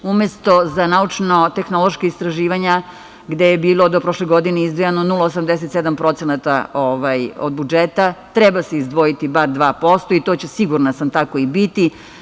Umesto za naučno-tehnološka istraživanja, gde je do prošle godine izdvajano 0,87% od budžeta, treba se izdvojiti bar 2%, i to će sigurna sam, tako i biti.